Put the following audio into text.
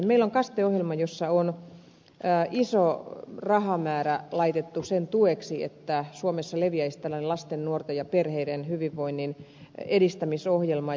meillä on kaste ohjelma jossa on iso rahamäärä laitettu sen tueksi että suomessa leviäisi tällainen lasten nuorten ja perheiden hyvinvoinnin edistämisohjelma